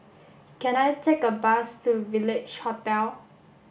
can I take a bus to Village Hotel